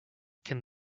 can